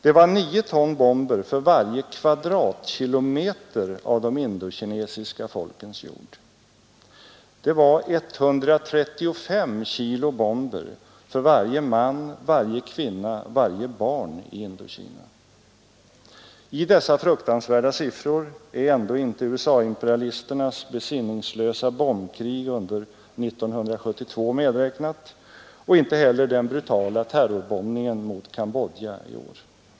Det var 9 ton bomber för varje kvadratkilometer av de indokinesiska folkens jord. Det var 135 kilo bomber för varje man, varje kvinna, varje barn i Indokina. I dessa fruktansvärda siffror är ändå inte USA-imperialisternas besinningslösa bombkrig under 1972 medräknat och inte heller den brutala terrorbombningen mot Cambodja i år.